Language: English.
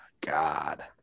God